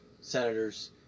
senators